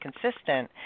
consistent